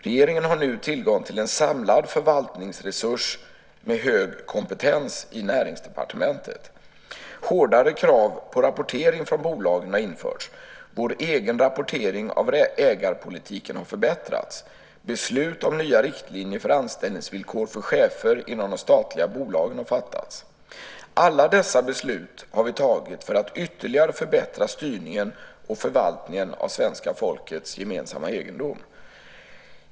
Regeringen har nu tillgång till en samlad förvaltningsresurs med hög kompetens i Näringsdepartementet. Hårdare krav på rapportering från bolagen har införts. Vår egen rapportering av ägarpolitiken har förbättrats. Beslut om nya riktlinjer för anställningsvillkor för chefer inom de statliga bolagen har fattats. Alla dessa beslut har vi tagit för att ytterligare förbättra styrningen och förvaltningen av svenska folkets gemensamma egendom.